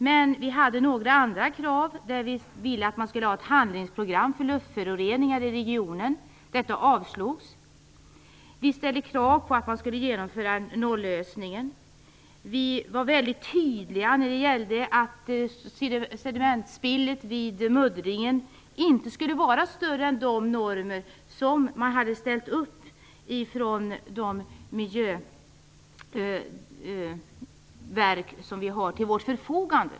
Men vi hade fler krav, bl.a. på ett handlingsprogram mot luftföroreningar i regionen. Detta avslogs. Vi ställde krav på att man skulle genomföra nollösningen. Vi var väldigt tydliga när det gällde sedimentspillet vid muddringen. Det fick inte vara större än i de normer som satts upp av de miljöverk vi har till vårt förfogande.